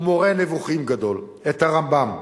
ומורה נבוכים גדול, הרמב"ם.